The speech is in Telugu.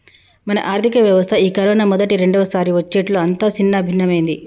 మన ఆర్థిక వ్యవస్థ ఈ కరోనా మొదటి రెండవసారి వచ్చేట్లు అంతా సిన్నభిన్నమైంది